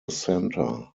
center